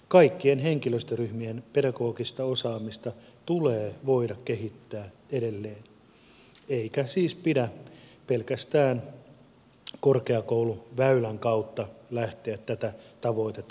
kaikkien henkilöstöryhmien pedagogista osaamista tulee voida kehittää edelleen eikä siis pidä pelkästään korkeakouluväylän kautta lähteä tätä tavoitetta toteuttamaan